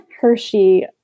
Hershey